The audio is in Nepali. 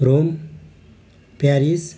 Rome Paris